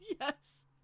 Yes